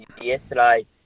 yesterday